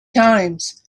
times